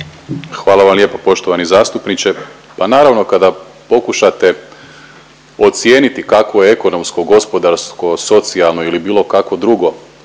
Hvala vam lijepo poštovani zastupniče. Pa naravno kad pokušate ocijeniti kakvo je ekonomsko, gospodarsko, socijalno ili bilo kakvo drugo